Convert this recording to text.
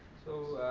so